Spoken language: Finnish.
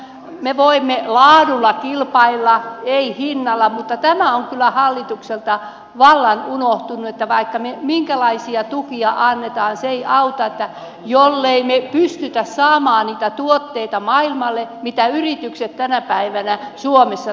me voimme kilpailla laadulla emme hinnalla mutta hallitukselta on kyllä vallan unohtunut tämä että vaikka me annamme minkälaisia tukia se ei auta jollemme me pysty saamaan maailmalle niitä tuotteita joita yritykset tänä päivänä suomessa tekevät